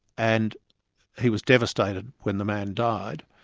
and he was devastated when the man died.